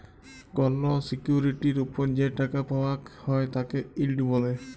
call সিকিউরিটির ওপর যে টাকা পাওয়াক হ্যয় তাকে ইল্ড ব্যলে